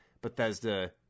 Bethesda